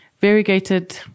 variegated